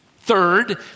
Third